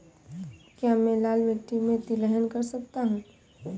क्या मैं लाल मिट्टी में तिलहन कर सकता हूँ?